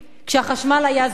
כשהחשמל היה זול